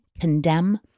condemn